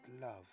love